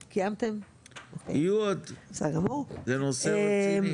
יהיו עוד דיונים, זה נושא רציני.